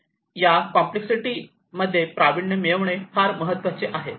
तर या कॉम्प्लेक्ससिटी मध्ये प्राविण्य मिळविणे फार महत्त्वाचे आहे